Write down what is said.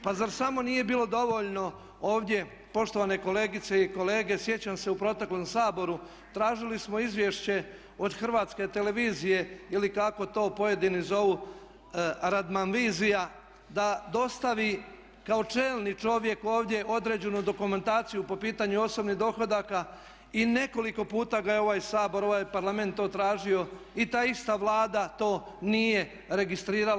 Pa zar samo nije bilo dovoljno ovdje poštovane kolegice i kolege sjećam se u proteklom Saboru tražili smo izvješće od Hrvatske televizije ili kako to pojedini zovu Radmanvizija da dostavi kao čelni čovjek ovdje određenu dokumentaciju po pitanju osobnih dohodaka i nekoliko puta ga je ovaj Sabor, ovaj Parlament to tražio i ta ista Vlada to nije registrirala.